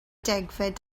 degfed